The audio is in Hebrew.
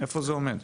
איפה זה עומד?